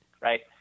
Right